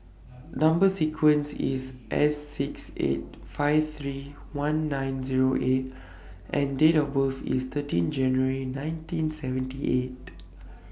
Number sequence IS S six eight five three one nine Zero A and Date of birth IS thirteen January nineteen seventy eight